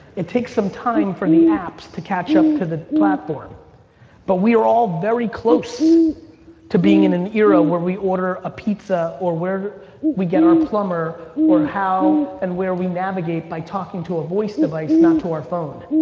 it takes some time for the apps to catch up to the platform but we're all very close to being in an era where we order a pizza or where we get our plumber or how and where we navigate by talking to a voice device, not to our phone.